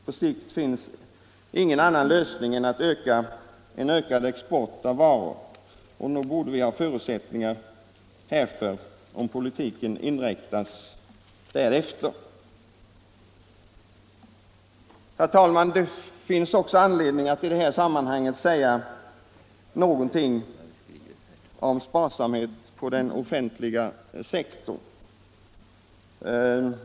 På sikt finns ingen annan lösning än att öka exporten av varor, och nog borde vi ha förutsättningar för detta om politiken inriktas därpå. Herr talman! Det finns också anledning att i detta sammanhang säga någonting om sparsamhet på den offentliga sektorn.